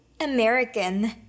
American